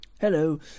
Hello